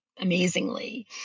amazingly